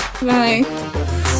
Bye